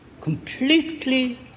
completely